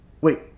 Wait